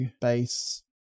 bass